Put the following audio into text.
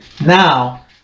Now